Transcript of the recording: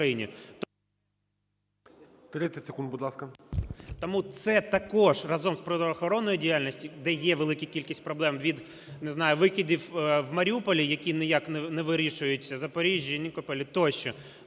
Тому це також разом з правоохоронною діяльністю, де є велика кількість проблеми від, не знаю, викидів в Маріуполі, які ніяк не вирішуються, в Запоріжжі, Нікополі тощо,